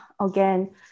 again